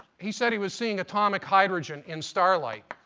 he said he was seeing atomic hydrogen in star light.